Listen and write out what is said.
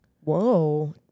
Whoa